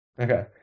Okay